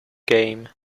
game